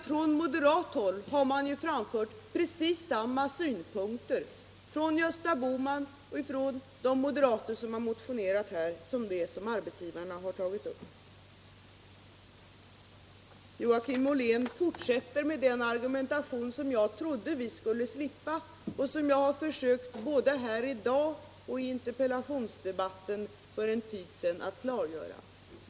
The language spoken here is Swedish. Från moderat håll har man ju framfört precis samma synpunkter, frår. Gösta Bohman och från de moderater som motionerat här, vilka tagits upp av arbetsgivarna. Joakim Ollén fortsätter med den argumentation som jag trodde att vi skulle slippa och som jag försökt att både här i dag och i interpellationsdebatten för en tid sedan klargöra.